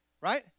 right